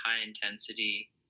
high-intensity